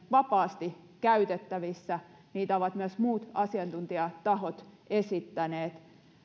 vapaasti käytettävissänne niitä ovat myös muut asiantuntijatahot esittäneet